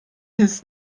ist